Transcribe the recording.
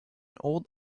old